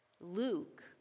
Luke